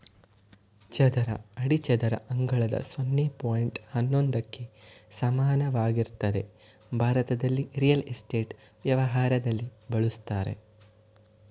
ಚದರ ಅಡಿ ಚದರ ಅಂಗಳದ ಸೊನ್ನೆ ಪಾಯಿಂಟ್ ಹನ್ನೊಂದಕ್ಕೆ ಸಮಾನವಾಗಿರ್ತದೆ ಭಾರತದಲ್ಲಿ ರಿಯಲ್ ಎಸ್ಟೇಟ್ ವ್ಯವಹಾರದಲ್ಲಿ ಬಳುಸ್ತರೆ